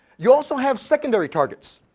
you also have secondary targets,